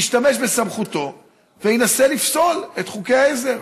ישתמש בסמכותו וינסה לפסול את חוקי העזר.